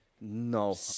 No